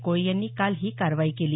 कोळी यांनी काल ही कारवाई केली